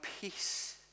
peace